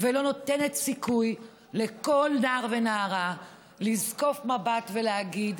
ולא נותנת סיכוי לכל נער ונערה לזקוף מבט ולהגיד: